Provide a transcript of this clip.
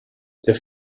their